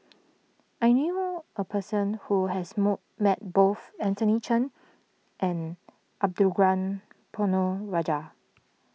I knew a person who has mold met both Anthony then and Arumugam Ponnu Rajah